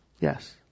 Yes